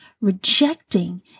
rejecting